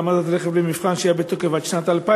העמדת רכב למבחן היה בתוקף עד שנת 2000,